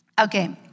Okay